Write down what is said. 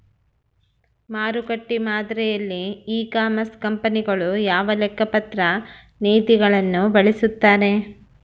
ಮಾರುಕಟ್ಟೆ ಮಾದರಿಯಲ್ಲಿ e commerce ಕಂಪನಿಗಳು ಯಾವ ಲೆಕ್ಕಪತ್ರ ನೇತಿಗಳನ್ನು ಬಳಸುತ್ತಾರೆ?